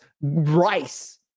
rice